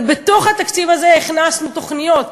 אבל בתוך התקציב הזה הכנסנו תוכניות,